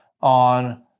on